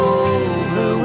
over